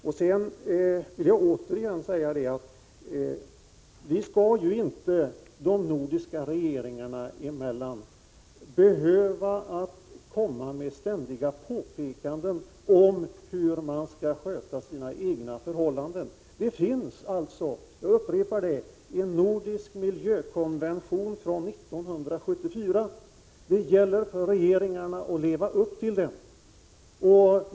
Låt mig sedan säga att de nordiska regeringarna sinsemellan inte ständigt skall behöva påpeka att resp. land skall sköta sina egna förhållanden. Det finns — jag upprepar det — en nordisk miljökonvention från 1974. Det gäller för regeringarna att leva upp till den.